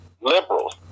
liberals